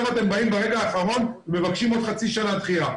אתם באים ברגע האחרון ומבקשים עוד חצי שנה דחייה.